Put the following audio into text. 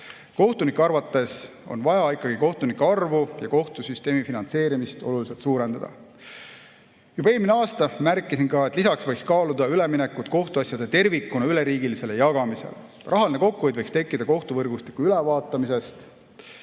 Kohtunike arvates on vaja ikkagi kohtunike arvu ja kohtusüsteemi finantseerimist oluliselt suurendada. Juba eelmine aasta märkisin, et lisaks võiks kaaluda üleminekut kohtuasjade tervikuna üleriigilisele jagamisele. Rahaline kokkuhoid võiks tekkida kohtuvõrgustiku ülevaatamisest.